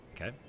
Okay